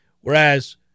Whereas